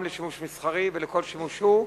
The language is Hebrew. גם לשימוש מסחרי ולכל שימוש שהוא,